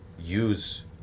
use